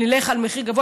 נלך על מחיר גבוה,